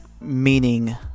meaning